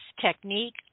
technique